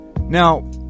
Now